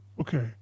Okay